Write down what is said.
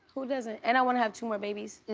who doesn't? and i wanna have two more babies,